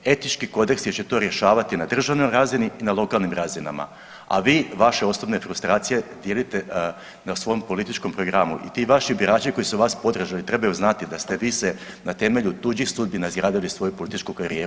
Etički kodeks će to rješavati na državnoj razini i na lokalnim razinama, a vi, vaše osobne frustracije dijelite na svom političkom programu i ti vaši birači koji su vas podržali trebaju znati da ste vi se na temelju tuđih sudbina izgradili svoju političku karijeru.